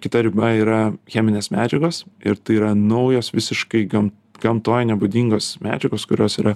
kita riba yra cheminės medžiagos ir tai yra naujas visiškai gam gamtoj nebūdingos medžiagos kurios yra